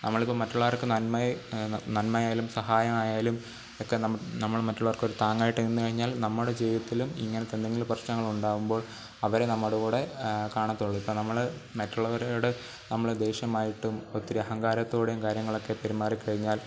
നമ്മളിപ്പം മറ്റുള്ളവർക്ക് നന്മയെ നന്മയായാലും സഹായമായാലും ഒക്കെ നം നമ്മൾ മറ്റുള്ളവർക്കൊരു താങ്ങായിട്ട് നിന്ന് കഴിഞ്ഞാൽ നമ്മുടെ ജീവിതത്തിലും ഇങ്ങനത്തെ എന്തെങ്കിലും പ്രശ്നങ്ങളുണ്ടാകുമ്പോൾ അവർ നമ്മുടെ കൂടെ കാണാത്തുള്ളു ഇപ്പോൾ നമ്മൾ മറ്റുള്ളവരോടു നമ്മൾ ദേഷ്യമായിട്ടും ഒത്തിരി അഹങ്കാരത്തോടെയും കാര്യങ്ങളൊക്കെ പെരുമാറിക്കഴിഞ്ഞാൽ